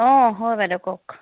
অঁ হয় বাইদেউ কওক